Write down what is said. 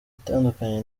natandukanye